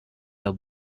the